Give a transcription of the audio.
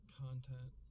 content